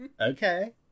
Okay